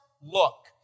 look